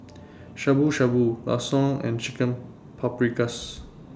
Shabu Shabu Lasagne and Chicken Paprikas